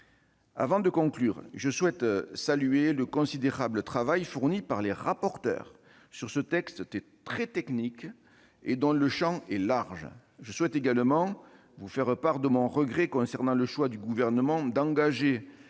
Avant de conclure, je souhaite saluer le considérable travail fourni par les rapporteurs sur ce texte très technique et dont le champ est large. Je souhaite également vous faire part de mon regret concernant le choix du Gouvernement d'engager